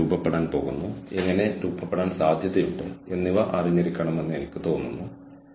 ആസൂത്രിതമായ മനുഷ്യ വിഭവ വിന്യാസത്തിന്റെ പാറ്റേണിലാണ് ഞാൻ ശ്രദ്ധ കേന്ദ്രീകരിക്കുന്നത് ഇവിടെ അവസാനത്തേത്